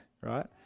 Right